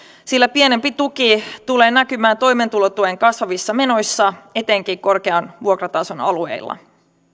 sillä pienempi tuki tulee näkymään toimeentulotuen kasvavissa menoissa etenkin korkean vuokratason alueilla